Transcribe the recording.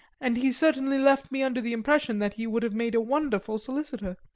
and he certainly left me under the impression that he would have made a wonderful solicitor,